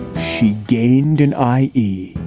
she gained an i d.